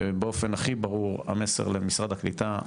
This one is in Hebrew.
באופן הכי ברור המסר למשרד הקליטה,